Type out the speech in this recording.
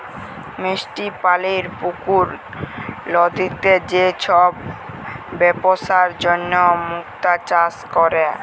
মিষ্টি পালির পুকুর, লদিতে যে সব বেপসার জনহ মুক্তা চাষ ক্যরে